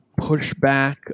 pushback